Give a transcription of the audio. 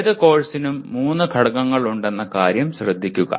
ഏത് കോഴ്സിനും മൂന്ന് ഘടകങ്ങളുണ്ടെന്ന കാര്യം ശ്രദ്ധിക്കുക